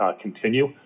continue